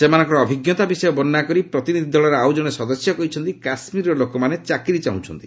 ସେମାନଙ୍କର ଅଭିଜ୍ଞତା ବିଷୟ ବର୍ଷ୍ଣନା କରି ପ୍ରତିନିଧି ଦଳର ଆଉ ଜଣେ ସଦସ୍ୟ କହିଛନ୍ତି କାଶ୍ମୀରର ଲୋକମାନେ ଚାକିରି ଚାହାନ୍ତି